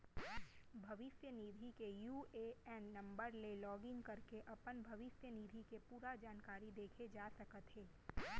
भविस्य निधि के यू.ए.एन नंबर ले लॉगिन करके अपन भविस्य निधि के पूरा जानकारी देखे जा सकत हे